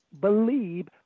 believe